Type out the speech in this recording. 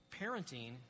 parenting